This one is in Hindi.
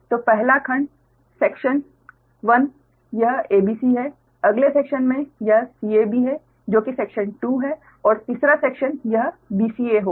तो पहला खंड सेक्शन 1 यह a b c है अगले सेक्शन में यह c a b है जो कि सेक्शन 2 है और तीसरा सेक्शन यह b c a होगा